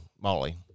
Molly